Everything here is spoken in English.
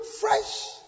fresh